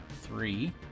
three